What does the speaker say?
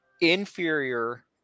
inferior